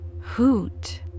Hoot